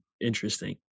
interesting